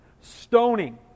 Stoning